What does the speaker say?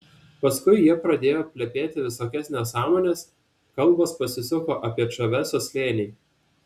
paskui jie pradėjo plepėti visokias nesąmones kalbos pasisuko apie čaveso slėnį